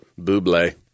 buble